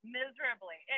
miserably